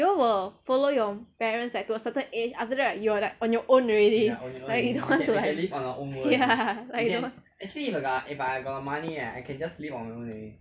you all will follow your parents like to a certain age after that right you will like on your own already like you don't want to like ya like you don't want